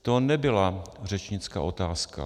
To nebyla řečnická otázka.